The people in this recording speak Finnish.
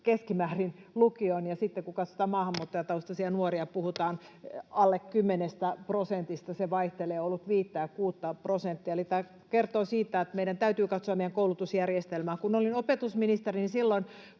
menee lukioon, ja sitten kun katsotaan maahanmuuttajataustaisia nuoria, puhutaan alle kymmenestä prosentista. Se vaihtelee, on ollut 5—6:ta prosenttia, eli tämä kertoo siitä, että meidän täytyy katsoa meidän koulutusjärjestelmää. Kun olin opetusministeri, niin silloin